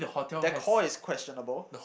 deco is questionable